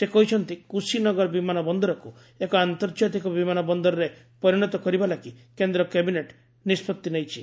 ସେ କହିଛନ୍ତି କୁଶିନଗର ବିମାନ ବନ୍ଦରକୁ ଏକ ଆନ୍ତର୍ଜାତିକ ବିମାନ ବନ୍ଦରରେ ପରିଣତ କରିବା ଲାଗି କେନ୍ଦ୍ର କ୍ୟାବିନେଟ୍ ନିଷ୍ପଭି ନେଇଛି